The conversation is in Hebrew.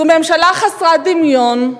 זו ממשלה חסרת דמיון,